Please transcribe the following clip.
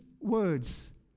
words